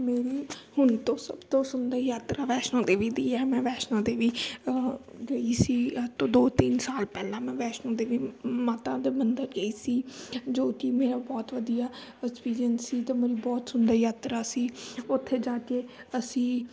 ਮੇਰੀ ਹੁਣ ਤੋਂ ਸਭ ਤੋਂ ਸੁੰਦਰ ਯਾਤਰਾ ਵੈਸ਼ਨੋ ਦੇਵੀ ਦੀ ਹੈ ਮੈਂ ਵੈਸ਼ਨੋ ਦੇਵੀ ਗਈ ਸੀ ਅੱਜ ਤੋਂ ਦੋ ਤਿੰਨ ਸਾਲ ਪਹਿਲਾਂ ਮੈਂ ਵੈਸ਼ਨੋ ਦੇਵੀ ਮਾਤਾ ਦੇ ਮੰਦਰ ਗਈ ਸੀ ਜੋ ਕਿ ਮੇਰਾ ਬਹੁਤ ਵਧੀਆ ਐਕਪੀਰੀਅੰਸ ਸੀ ਅਤੇ ਮੇਰੀ ਬਹੁਤ ਸੁੰਦਰ ਯਾਤਰਾ ਸੀ ਉੱਥੇ ਜਾ ਕੇ ਅਸੀਂ